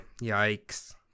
Yikes